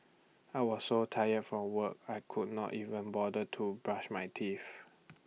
I was so tired from work I could not even bother to brush my teeth